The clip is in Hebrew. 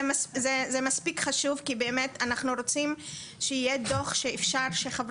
זה מספיק חשוב כי באמת אנחנו רוצים שיהיה דוח שחברי